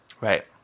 Right